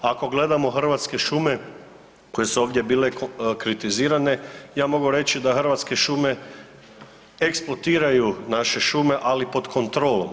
Ako gledamo Hrvatske šume koje su bile ovdje kritizirane ja mogu reći da Hrvatske šume eksploatiraju naše šume ali pod kontrolom.